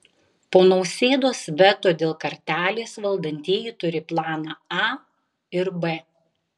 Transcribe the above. po nausėdos veto dėl kartelės valdantieji turi planą a ir b